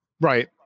Right